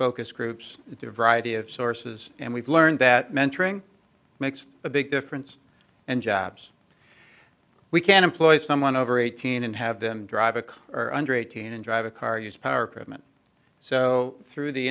focus groups the variety of sources and we've learned that mentoring makes a big difference and jobs we can employ someone over eighteen and have them drive a car or under eighteen and drive a car use power president so through the